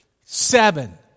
seven